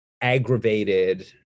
aggravated